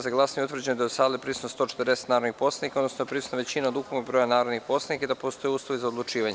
za glasanje utvrđeno da je u sali prisutno 140 narodnih poslanika, odnosno da je prisutna većina od ukupnog broja narodnih poslanika i da postoje uslovi za odlučivanje.